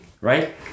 right